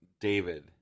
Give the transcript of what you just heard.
David